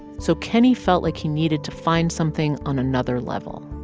so kenney felt like he needed to find something on another level.